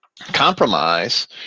compromise